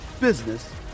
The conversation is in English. business